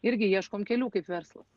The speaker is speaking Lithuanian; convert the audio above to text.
irgi ieškom kelių kaip verslas